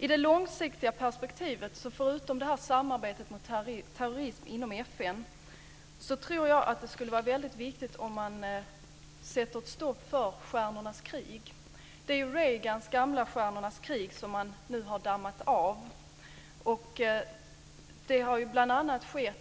I det långsiktiga perspektivet tror jag att det skulle vara väldigt viktigt, förutom samarbetet mot terrorism inom FN, att sätta stopp för Stjärnornas krig. Det är Reagans gamla Stjärnornas krig som man nu har dammat av, bl.a.